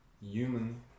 human